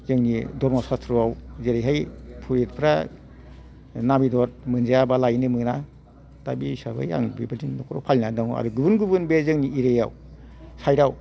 जोंनि धरम सासत्रआव जेरैहाय फुरुहिदफ्रा ना बेदर मोनजायाबा लायनो मोना दा बा हिसाबै बे बायदि आं न'खराव फालिनानै दङ आरो गुबुन गुबुन बे जोंनि एरियाआव सायदाव